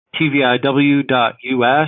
tviw.us